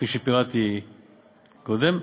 כפי שפירטתי קודם: